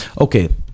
Okay